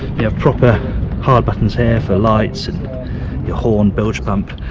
you have proper hard buttons here for lights and your horn, bilge pump,